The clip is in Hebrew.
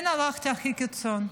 כן, הלכתי הכי קיצון.